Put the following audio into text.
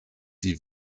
die